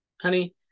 Honey